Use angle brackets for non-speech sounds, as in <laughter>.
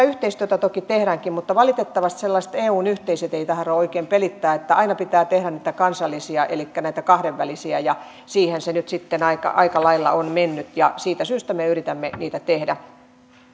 <unintelligible> yhteistyötä toki tehdäänkin mutta valitettavasti sellaiset eun yhteiset eivät tahdo oikein pelittää niin että aina pitää tehdä näitä kansallisia elikkä näitä kahdenvälisiä ja siihen se nyt sitten aika aika lailla on mennyt siitä syystä me yritämme niitä tehdä